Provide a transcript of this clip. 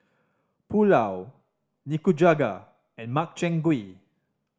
Pulao Nikujaga and Makchang Gui